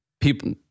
People